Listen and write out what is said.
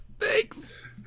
thanks